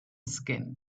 skin